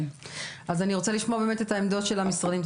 אני רוצה לשמוע את העמדות של המשרדים,